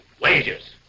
Wages